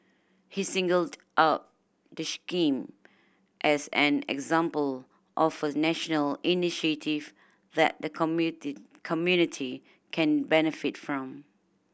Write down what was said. he singled out the scheme as an example of a national initiative that the community community can benefit from